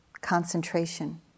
concentration